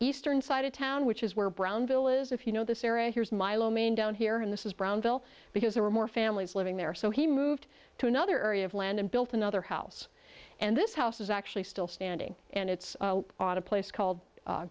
eastern side of town which is where brownsville is if you know this area here's my lone man down here and this is brownsville because there were more families living there so he moved to another area of land and built another house and this house is actually still standing and it's on a place called